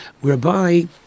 whereby